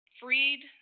freed